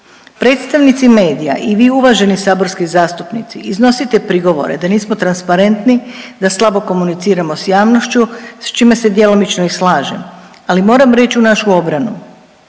Predstavnici medija i vi uvaženi saborski zastupnici iznosite prigovore da nismo transparentni, da slabo komuniciramo s javnošću s čime se djelomično i slažem, ali moram reći u našu obranu,